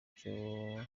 cyo